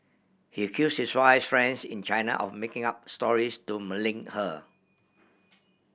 he accuse his wife friends in China of making up stories to malign her